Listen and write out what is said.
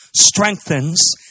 strengthens